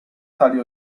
tali